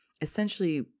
essentially